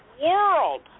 world